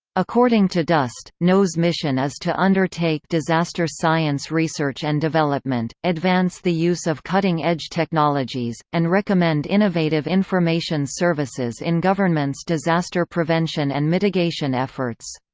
according to dost, noah's mission is to undertake disaster science research and development, advance the use of cutting edge technologies, and recommend innovative information services in government's disaster prevention and mitigation efforts.